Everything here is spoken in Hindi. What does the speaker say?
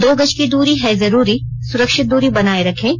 दो गज की दूरी है जरूरी सुरक्षित दूरी बनाए रखें